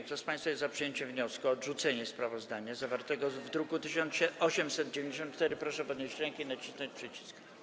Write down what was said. Kto z państwa jest za przyjęciem wniosku o odrzucenie sprawozdania zawartego w druku nr 1894, proszę podnieść rękę i nacisnąć przycisk.